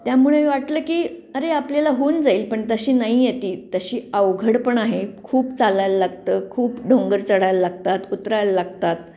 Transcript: त्यामुळे वाटलं की अरे आपल्याला होऊन जाईल पण तशी नाही आहे ती तशी अवघड पण आहे खूप चालायला लागतं खूप डोंगर चढायला लागतात उतरायला लागतात